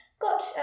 got